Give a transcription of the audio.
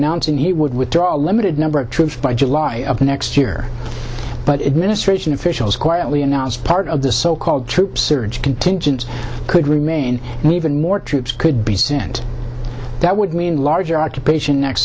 announcing he would withdraw a limited number of troops by july of next year but it ministration officials quietly announced part of the so called troop surge contingent could remain even more troops could be sent that would mean larger occupation next